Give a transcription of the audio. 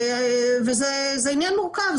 זה עניין מורכב.